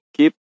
Keep